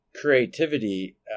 creativity